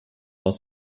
aus